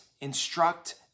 instruct